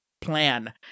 plan